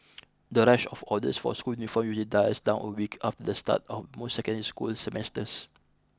the rush of orders for school uniform usually dies down a week after the start of most secondary school semesters